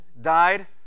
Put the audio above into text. died